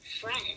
friend